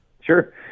Sure